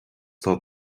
atá